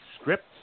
scripts